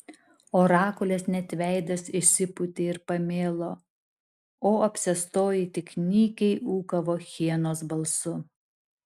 orakulės net veidas išsipūtė ir pamėlo o apsėstoji tik nykiai ūkavo hienos balsu